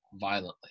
violently